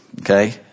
Okay